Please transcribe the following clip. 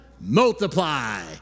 multiply